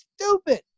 stupid